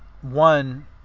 one